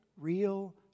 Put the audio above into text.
real